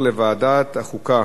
לוועדת החוקה,